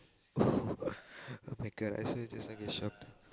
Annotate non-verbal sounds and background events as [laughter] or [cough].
[laughs] !oh-my-God! I swear just now get shock